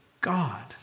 God